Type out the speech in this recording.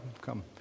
come